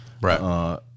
Right